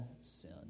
sin